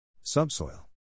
Subsoil